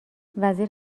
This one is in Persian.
وزیر